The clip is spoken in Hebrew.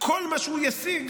כל מה שהוא ישיג,